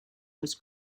was